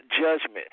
judgment